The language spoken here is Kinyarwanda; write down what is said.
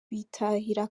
bitahira